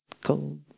cold